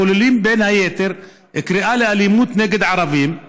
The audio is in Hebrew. הכוללים בין היתר קריאה לאלימות נגד ערבים.